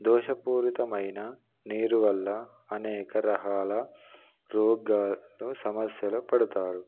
దోషపూరితమైన నీరు వల్ల అనేక రకాల రోగాలు సమస్యలో పడతారు